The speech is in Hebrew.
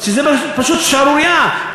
וזה פשוט שערורייה.